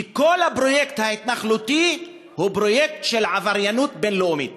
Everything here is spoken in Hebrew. כי כל הפרויקט ההתנחלותי הוא פרויקט של עבריינות בין-לאומית.